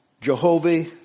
Jehovah